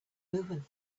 movement